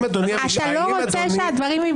אתה לא מתערב.